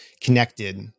connected